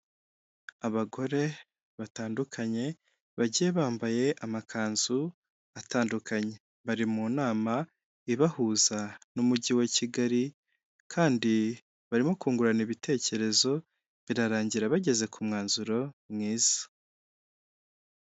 Abagore batandukanye bagiye bambaye amakanzu atandukanye bari mu nama ibahuza n'Umujyi wa Kigali kandi barimo kungurana ibitekerezo, birarangira bageze ku mwanzuro mwiza.